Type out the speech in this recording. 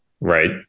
right